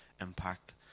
impact